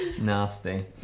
nasty